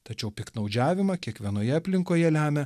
tačiau piktnaudžiavimą kiekvienoje aplinkoje lemia